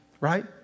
right